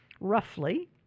roughly